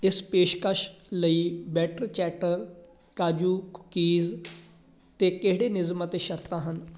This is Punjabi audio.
ਇਸ ਪੇਸ਼ਕਸ਼ ਲਈ ਬੈਟਰ ਚੈਟਰ ਕਾਜੂ ਕੂਕੀਜ਼ 'ਤੇ ਕਿਹੜੇ ਨਿਯਮ ਅਤੇ ਸ਼ਰਤਾਂ ਹਨ